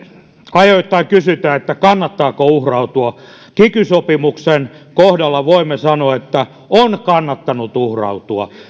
ajoittain kysytään että kannattaako uhrautua kiky sopimuksen kohdalla voimme sanoa että on kannattanut uhrautua